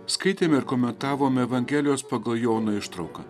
skaitėme ir komentavome evangelijos pagal joną ištrauką